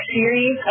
Series